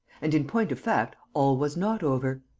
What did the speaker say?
and, in point of fact, all was not over.